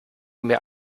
mir